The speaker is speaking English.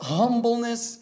humbleness